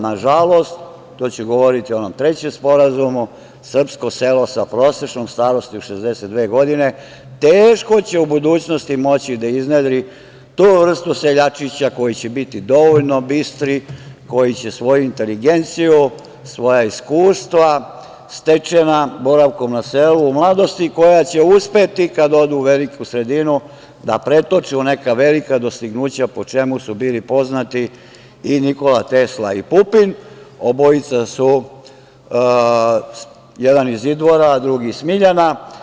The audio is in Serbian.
Nažalost, to će govoriti o onom trećem sporazumu, srpsko selo sa prosečnom starošću od 62 godine, teško će u budućnosti moći da iznedri tu vrstu seljačića koji će biti dovoljno bistri, koji će svoju inteligenciju, svoja iskustva stečena boravkom na selu u mladosti, koja će uspeti kad odu u veliku sredinu da pretoče u neka velika dostignuća, po čemu su bili poznati i Nikola Tesla i Pupin, jedan iz Idvora, drugi iz Smiljana.